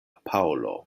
paŭlo